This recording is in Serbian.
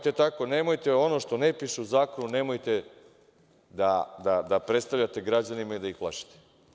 Znači tako nemojte ono što ne piše u zakonu, nemojte da predstavljate građanima i da ih plašite.